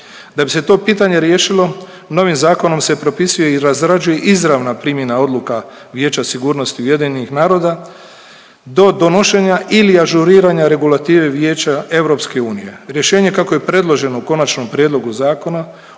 Da bi se to pitanje riješilo novim zakonom se propisuje i razrađuje izravna primjena odluka Vijeća sigurnosti UN-a do donošenja ili ažuriranja regulative Vijeća Europske unije. Rješenje kako je predloženo u Konačnom prijedlogu zakona